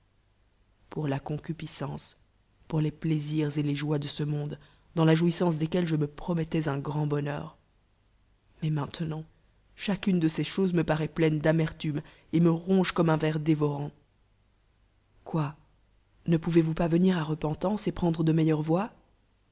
pour la coooitpiscence pour les plaisirs et les joies de œmonde danl la jouiuldce desquels je mepromettois un grand bonheur mais maintenant chacune de ces choses me paroit pléitie d'atpettnmc et me ronge comme un i dévôrant quoi ne psuvez vous pas venir a à repcntance et prendre de meilleures voix